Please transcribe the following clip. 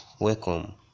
welcome